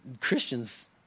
Christians